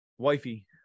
Wifey